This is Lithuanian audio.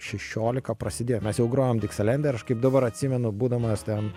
šešiolika prasidėjo mes jau grojom diksilende ir aš kaip dabar atsimenu būdamas ten